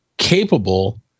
capable